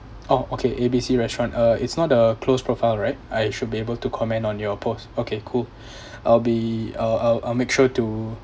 orh okay A B C restaurant uh it's not the closed profile right I should be able to comment on your post okay cool I'll be I'll I'll I'll make sure to